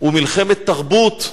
הוא מלחמת תרבות.